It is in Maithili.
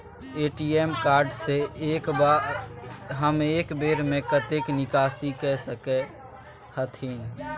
ए.टी.एम कार्ड से हम एक बेर में कतेक निकासी कय सके छथिन?